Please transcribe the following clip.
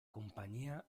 compañía